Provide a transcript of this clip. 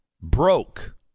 broke